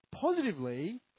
positively